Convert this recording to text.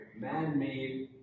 man-made